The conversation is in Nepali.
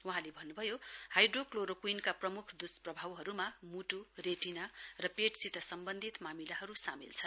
वहाँले भन्नभयो हाइट्रोअक्सीक्लोरोक्वीनका प्रमुख दुष्पभावहरुमा मुद्द रेटिना र पेटसित सम्वन्धित मामिलाहरु सामेल छन्